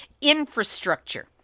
infrastructure